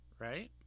right